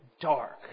dark